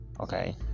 Okay